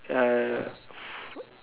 err